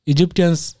Egyptians